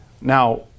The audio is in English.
Now